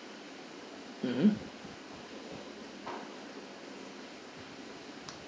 mmhmm